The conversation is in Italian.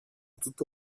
tutto